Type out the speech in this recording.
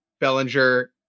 Bellinger